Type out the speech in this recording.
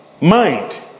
Mind